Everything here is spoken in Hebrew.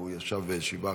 הוא ישב עכשיו שבעה,